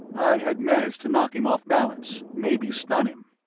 i had managed to knock him off balance, maybe stun him.